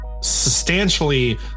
substantially